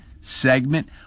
segment